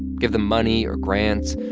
give them money or grants,